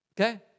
Okay